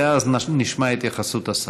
ואז נשמע התייחסות השר.